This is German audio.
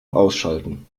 ausschalten